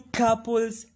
couples